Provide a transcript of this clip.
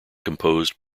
composed